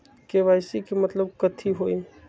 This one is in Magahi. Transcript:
के.वाई.सी के मतलब कथी होई?